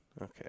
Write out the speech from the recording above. okay